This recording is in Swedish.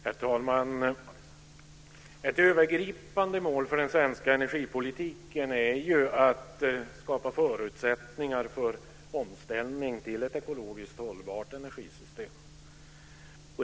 Herr talman! Ett övergripande mål för den svenska energipolitiken är ju att skapa förutsättningar för en omställning till ett ekologiskt hållbart energisystem.